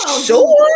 sure